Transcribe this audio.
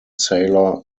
sailor